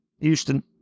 Houston